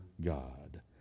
God